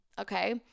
okay